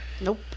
Nope